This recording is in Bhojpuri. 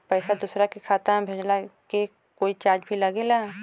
पैसा दोसरा के खाता मे भेजला के कोई चार्ज भी लागेला?